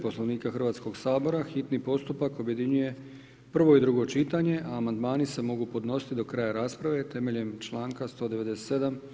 Poslovnika Hrvatskog sabora hitni postupak objedinjuje prvo i drugo čitanje, a amandmani se mogu podnositi do kraja rasprave temeljem članka 197.